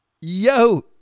Yo